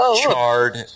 charred